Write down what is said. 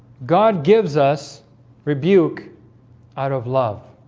god gives us rebuke out of love